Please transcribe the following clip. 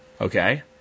okay